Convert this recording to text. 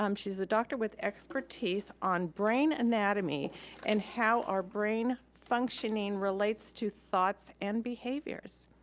um she's a doctor with expertise on brain anatomy and how our brain functioning relates to thoughts and behaviors.